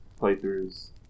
playthroughs